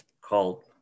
called